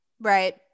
right